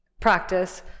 practice